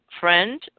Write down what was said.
Friend